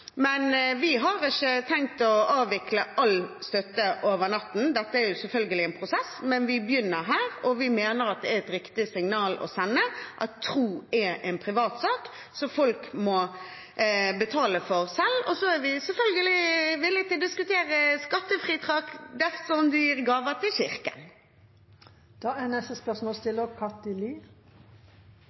Vi har ikke tenkt å avvikle all støtte over natten. Dette er selvfølgelig en prosess, men vi begynner her. Vi mener det er et riktig signal å sende at tro er en privatsak som folk må betale for selv, og så er vi selvfølgelig villig til å diskutere skattefradrag dersom man gir gaver til kirken.